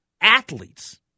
athletes